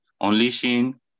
unleashing